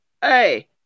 hey